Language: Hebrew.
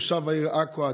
כתושב העיר עכו,